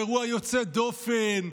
באירוע יוצא דופן,